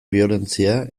biolentzia